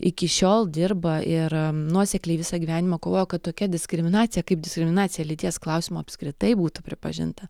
iki šiol dirba ir nuosekliai visą gyvenimą kovojo kad tokia diskriminacija kaip diskriminacija lyties klausimu apskritai būtų pripažinta